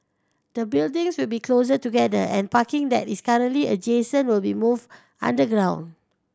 the buildings will be closer together and parking that is currently adjacent will be moved underground